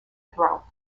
throw